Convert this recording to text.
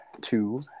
two